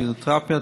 פיזיותרפיה,